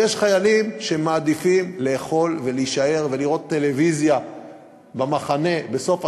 יש חיילים שמעדיפים לאכול ולהישאר ולראות טלוויזיה במחנה בסוף השבוע,